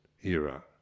era